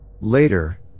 Later